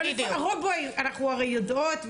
אנחנו הרי יודעות,